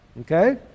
Okay